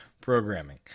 programming